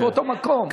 באותו מקום.